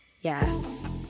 Yes